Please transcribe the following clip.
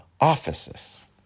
offices